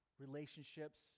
relationships